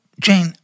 Jane